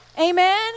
Amen